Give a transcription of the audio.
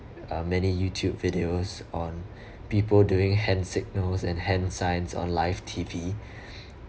uh many YouTube videos on people doing hand signals and hand signs on live T_V